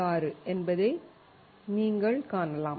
46 என்பதை நீங்கள் காணலாம்